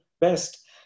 best